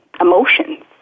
emotions